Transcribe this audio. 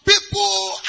people